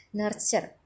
nurture